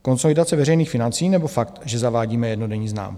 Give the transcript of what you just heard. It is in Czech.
Konsolidace veřejných financí, nebo fakt, že zavádíme jednodenní známku?